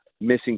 missing